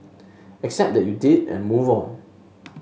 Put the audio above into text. accept that you did and move on